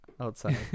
outside